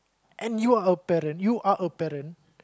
and you are a parent you are a parent